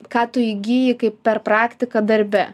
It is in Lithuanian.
ką tu įgyji kaip per praktiką darbe